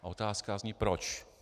Otázka zní proč.